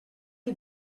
you